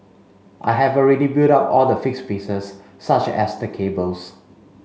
I have already built up all the fixed pieces such as the cables